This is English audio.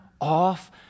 off